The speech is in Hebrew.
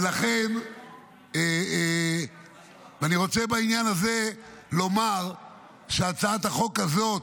ולכן אני רוצה בעניין הזה לומר שהצעת החוק הזאת,